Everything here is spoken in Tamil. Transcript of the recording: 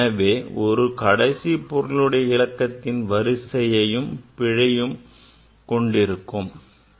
எனவே இது கடைசி பொருளுடைய இலக்கத்தின் வரிசையையும் பிழையும் கொண்டிருக்கும்